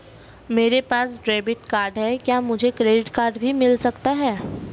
मेरे पास debit card है क्या मुझे क्रेडिट कार्ड भी मिल सकता है?